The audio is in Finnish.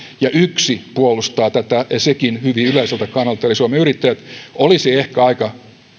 ja yksi puolustaa tätä ja sekin hyvin yleiseltä kannalta eli suomen yrittäjät olisi ehkä aika